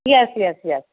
yes yes yes